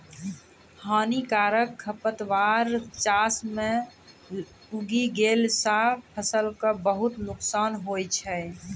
हानिकारक खरपतवार चास मॅ उगी गेला सा फसल कॅ बहुत नुकसान होय छै